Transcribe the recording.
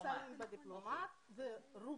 נמצאים בדיפלומט, ורובם,